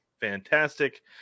fantastic